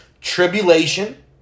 tribulation